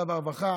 והרווחה